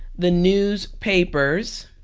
the newspapers